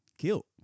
Killed